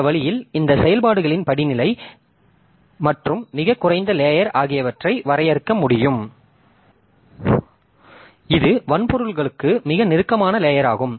இந்த வழியில் இந்த செயல்பாடுகளின் படிநிலை நிலை மற்றும் மிகக் குறைந்த லேயர் ஆகியவற்றை வரையறுக்க முடியும் இது வன்பொருளுக்கு மிக நெருக்கமான லேயர் ஆகும்